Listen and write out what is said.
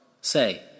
Say